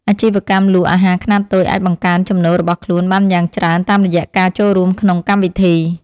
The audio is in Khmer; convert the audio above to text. អាជីវកម្មលក់អាហារខ្នាតតូចអាចបង្កើនចំណូលរបស់ខ្លួនបានយ៉ាងច្រើនតាមរយៈការចូលរួមក្នុងកម្មវិធី។